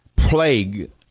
Plague